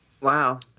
Wow